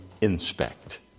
inspect